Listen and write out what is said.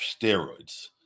steroids